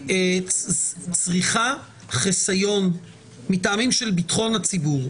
צריכה חיסיון מטעמים של ביטחון הציבור,